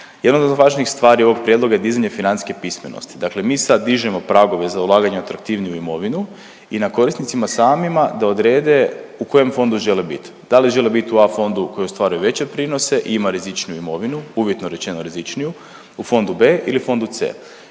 Jedan od važnih stvari ovog prijedlog je dizanje financijske pismenosti, dakle mi sad dižemo pragove za ulaganje u atraktivniju imovinu i na korisnicima samima da odrede u kojem fondu žele bit, da li žele bit u A fondu u kojem ostvaruju veće prinose i ima rizičniju imovinu, uvjetno rečeno rizičniju, u fondu B ili u fondu Ce.